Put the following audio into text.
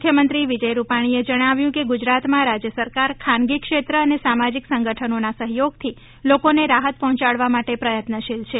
મુખ્યમંત્રી વિજય રૂપાણીએ જણાવ્યું કે ગુજરાતમાં રાજ્ય સરકાર ખાનગી ક્ષેત્ર અને સામાજિક સંગઠનોના સહયોગથી લોકોને રાહત પહોંચાડવા માટે પ્રયત્નશીલ છે